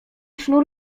sznur